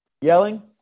Yelling